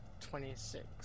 Twenty-six